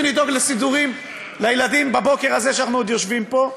לדאוג לסידורים לילדים בבוקר הזה שאנחנו עוד יושבים פה.